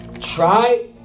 Try